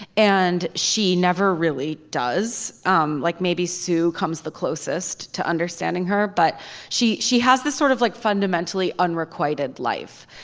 and she never really does. um like maybe sue comes the closest to understanding her. but she she has this sort of like fundamentally unrequited life.